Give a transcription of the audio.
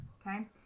Okay